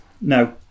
no